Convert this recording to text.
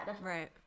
Right